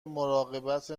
مراقبت